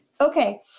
Okay